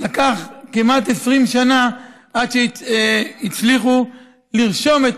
לקח כמעט 20 שנה עד שהצליחו לרשום את